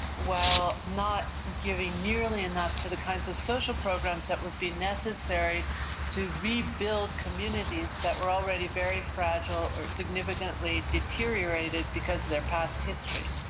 while not giving nearly enough to the kinds of social programs that would be necessary to rebuild communities that were already very fragile or significantly deteriorated because of their past history.